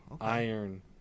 Iron